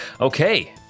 Okay